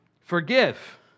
forgive